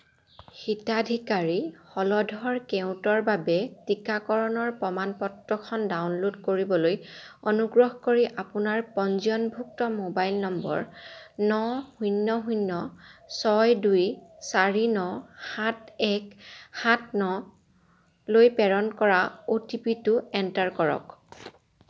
হিতাধিকাৰী হলধৰ কেওটৰ বাবে টিকাকৰণৰ প্ৰমাণ পত্ৰখন ডাউনলোড কৰিবলৈ অনুগ্ৰহ কৰি আপোনাৰ পঞ্জীয়নভুক্ত মোবাইল নম্বৰ ন শূন্য শূন্য ছয় দুই চাৰি ন সাত এক সাত নলৈ প্ৰেৰণ কৰা অ'টিপি টো এণ্টাৰ কৰক